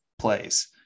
plays